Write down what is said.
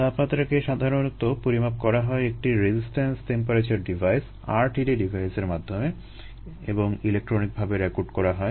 তাপমাত্রাকে সাধারণত পরিমাপ করা হয় একটি রেসিসট্যান্স টেম্পারেচার ডিভাইস RTD ডিভাইসের মাধ্যমে এবং ইলেকট্রনিকভাবে রেকর্ড করা হয়